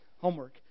Homework